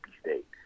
State